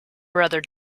brother